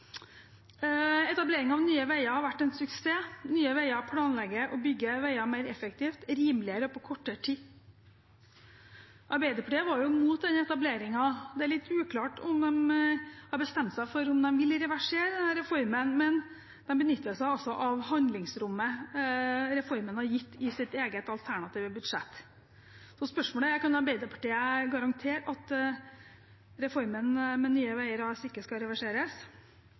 Etablering av Nye Veier har vært en suksess. Nye Veier planlegger å bygge veier mer effektivt, rimeligere og på kortere tid. Arbeiderpartiet var jo imot denne etableringen. Det er litt uklart om de har bestemt seg for om de vil reversere denne reformen, men de benytter seg altså av handlingsrommet reformen har gitt, i sitt eget alternative budsjett. Så spørsmålet er: Kan Arbeiderpartiet garantere at reformen med Nye Veier AS ikke skal reverseres?